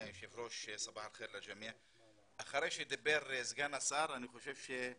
לוקח כרטיס ביקור, כחבר כנסת אתה יכול לקחת